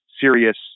serious